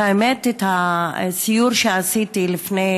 האמת, הסיור שעשיתי לפני